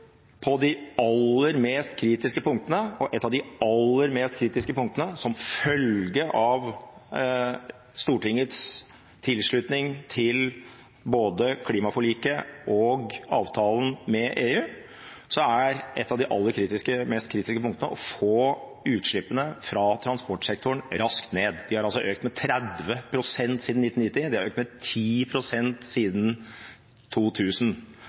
på de aller mest kritiske punktene – og som følge av Stortingets tilslutning til både klimaforliket og avtalen med EU er et av de aller mest kritiske punktene – å få utslippene fra transportsektoren raskt ned. De har økt med 30 pst. siden 1990, og de har økt med 10 pst. siden 2000.